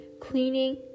cleaning